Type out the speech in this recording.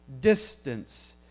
distance